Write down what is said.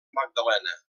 magdalena